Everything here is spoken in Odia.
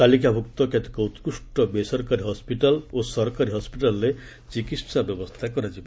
ତାଲିକାଭୁକ୍ତ କେତେକ ଉକୁଷ୍ଟ ବେସରକାରୀ ହସ୍କିଟାଲ୍ ଓ ସରକାରୀ ହସ୍କିଟାଲ୍ରେ ଚିକିତ୍ସା ବ୍ୟବସ୍ଥା କରାଯିବ